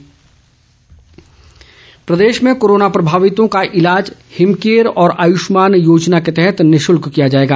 निशुल्क ईलाज प्रदेश में कोरोना प्रभावितों का ईलाज हिमकेयर और आयुष्मान योजना के तहत निशुल्क किया जाएगा